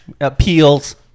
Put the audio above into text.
appeals